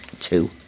Two